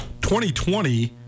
2020